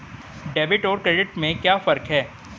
Debit और credit में क्या फर्क है?